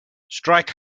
strike